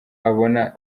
abona